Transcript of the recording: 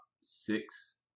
six